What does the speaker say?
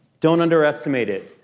don't underestimate it.